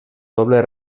doble